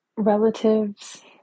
relatives